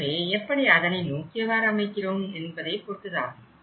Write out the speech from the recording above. எனவே எப்படி அதனை நோக்கியவாறு அமைக்கிறோம் என்பதைப் பொருத்ததாகும்